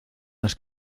las